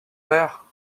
père